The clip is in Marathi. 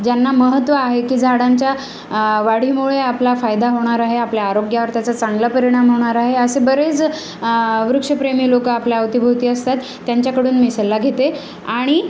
ज्यांना महत्त्व आहे की झाडांच्या वाढीमुळे आपला फायदा होणार आहे आपल्या आरोग्यावर त्याचा चांगला परिणाम होणार आहे असे बरेच वृक्षप्रेमी लोक आपल्या अवतीभोवती असतात त्यांच्याकडून मी सल्ला घेते आणि